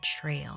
trail